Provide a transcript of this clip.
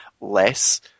less